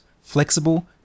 Flexible